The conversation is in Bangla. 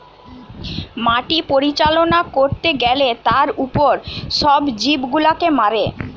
মাটি পরিচালনা করতে গ্যালে তার উপর সব জীব গুলাকে মারে